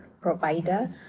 provider